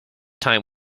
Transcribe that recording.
time